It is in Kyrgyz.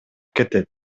кетет